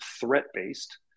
threat-based